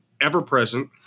ever-present